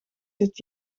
dit